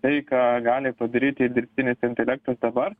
tai ką gali padaryti dirbtinis intelektas dabar